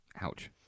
Ouch